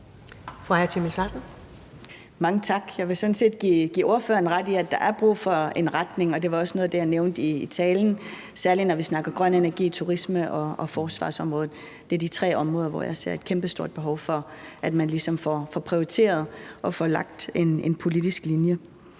Mange tak. Jeg vil sådan set give ordføreren ret i, at der er brug for en retning, og det var også noget af det, jeg nævnte i min tale – særlig når vi snakker grøn energi, turisme og forsvarsområdet. Det er de tre områder, hvor jeg ser et kæmpestort behov for, at man ligesom får prioriteret og får lagt en politisk linje.